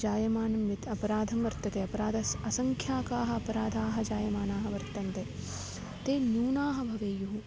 जायमानः यत् अपराधः वर्तते अपराधस्य असङ्ख्याकाः अपराधाः जायमानाः वर्तन्ते ते न्यूनाः भवेयुः